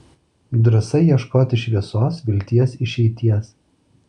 drąsa ieškoti šviesos vilties išeities